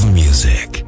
music